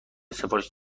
سفارش